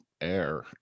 air